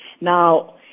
Now